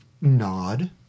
nod